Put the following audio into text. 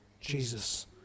Jesus